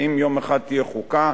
ואם יום אחד תהיה חוקה,